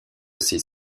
ses